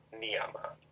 Niyama